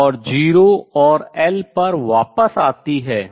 और 0 और L पर वापस आती है